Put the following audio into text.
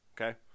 Okay